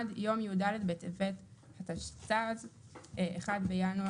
1. יום י"ד בטבת התשצ"ז, 1/1/2037,